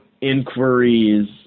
inquiries